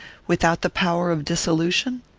without the power of dissolution?